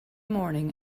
morning